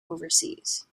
overseas